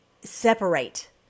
separate